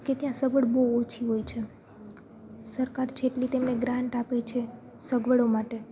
કે ત્યાં સગવડ બહુ ઓછી હોય છે સરકાર જેટલી તેમને ગ્રાન્ટ આપે છે સગવડો માટે